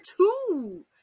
two